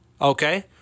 Okay